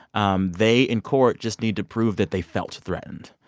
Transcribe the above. um they, in court, just need to prove that they felt threatened.